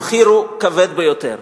המחיר הוא כבד ביותר.